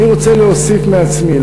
אני רוצה להוסיף מעצמי.